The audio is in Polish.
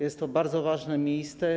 Jest to bardzo ważne miejsce.